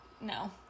No